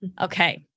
Okay